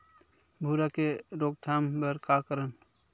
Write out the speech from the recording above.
भूरा के रोकथाम बर का करन?